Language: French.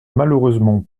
malheureusement